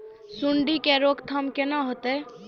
सुंडी के रोकथाम केना होतै?